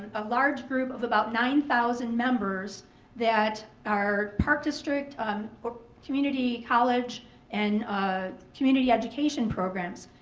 a large group of about nine thousand members that are park district or community college and community education programs.